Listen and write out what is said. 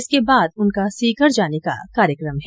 इसके बाद उनका सीकर जाने का कार्यक्रम है